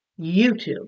YouTube